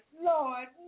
Lord